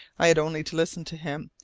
i had only to listen to him,